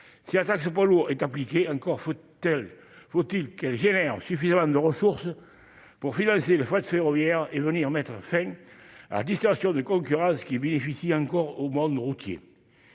Si la taxe poids lourds est appliquée, encore faut-il qu'elle produise suffisamment de ressources pour financer le fret ferroviaire et mettre fin à la distorsion de concurrence qui bénéficie encore au transport routier.